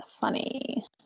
funny